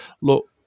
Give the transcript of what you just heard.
look